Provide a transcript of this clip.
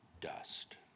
dust